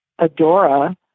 Adora